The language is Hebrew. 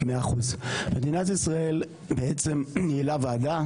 מדינת ישראל בעצם ניהלה ועדה,